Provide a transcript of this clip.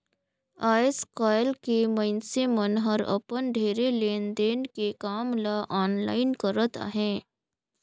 आएस काएल के मइनसे मन हर अपन ढेरे लेन देन के काम ल आनलाईन करत अहें